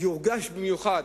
שיורגש במיוחד,